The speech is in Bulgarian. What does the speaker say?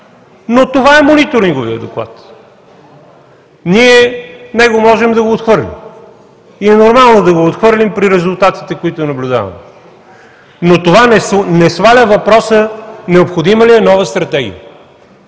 Но това е Мониторинговият доклад. Ние можем да го отхвърлим. И е нормално да го отхвърлим при резултатите, които наблюдаваме, но това не сваля въпроса: необходима ли е нова стратегия?